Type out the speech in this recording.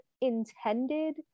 intended